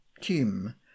team